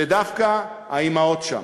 ודווקא האימהות שם.